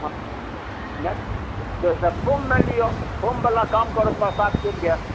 हँ फोममे लिअ फोमबला काम करत बरसातके लिअ